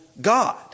God